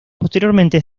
posteriormente